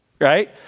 right